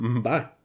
Bye